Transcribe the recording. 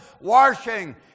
washing